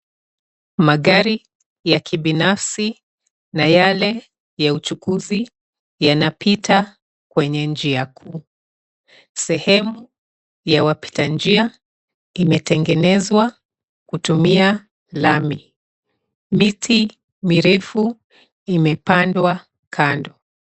Magari ya kibinafsina yale ya uchukuzi yanapita kwenye njia kuu. Sehemu ya wapitanjia imetengenezwa kutumia lami. Miti mirefu imepandwa kando.